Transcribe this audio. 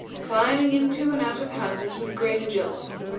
climbing into and out of houses with great agility.